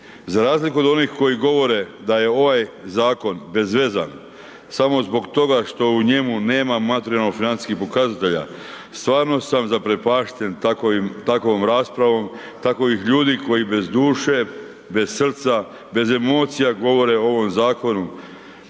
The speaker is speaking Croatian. Za razliku od onih koji govore da je ovaj zakon bezvezan, samo zbog toga što u njemu nema materijalno financijskih pokazatelja stvarno sam zaprepašten takovim, takovom raspravom takovih ljudi koji bez duše, bez srca, bez emocija govore o ovom zakonu.